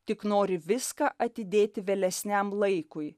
tik nori viską atidėti vėlesniam laikui